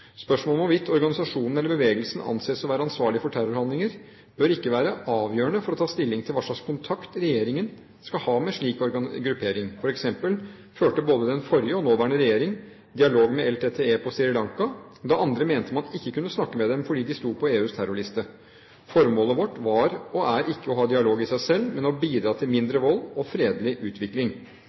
Spørsmålet om hvorvidt organisasjonen eller bevegelsen anses å være ansvarlig for terrorhandlinger, bør ikke være avgjørende for å ta stilling til hva slags kontakt regjeringen kan ha med en slik gruppering. For eksempel førte både den forrige og den nåværende regjering dialog med LTTE på Sri Lanka da andre mente man ikke kunne snakke med dem fordi de sto på EUs terrorliste. Formålet vårt var og er ikke å ha dialog i seg selv, men å bidra til mindre vold og en fredelig utvikling.